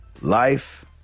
Life